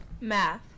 Math